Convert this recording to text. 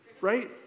right